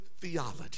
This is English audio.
theology